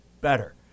better